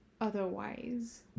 otherwise